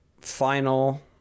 final